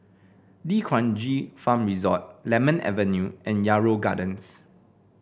D'Kranji Farm Resort Lemon Avenue and Yarrow Gardens